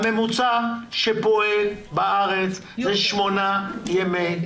הממוצע שפועל בארץ זה שמונה ימי בידוד.